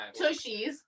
tushies